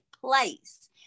place